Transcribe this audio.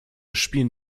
spielen